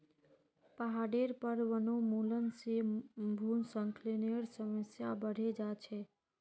पहाडेर पर वनोन्मूलन से भूस्खलनेर समस्या बढ़े जा छे